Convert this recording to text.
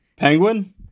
Penguin